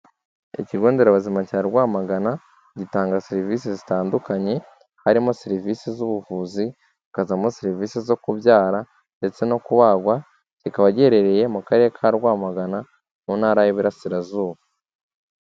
Ikigo nderabuzima cya Rwamagana gitanga serivisi zitandukanye, harimo serivisi z'ubuvuzi, hakazamo serivisi zo kubyara ndetse no kubagwa, kikaba giherereye mu karere ka Rwamagana mu ntara y'Uburasirazuba.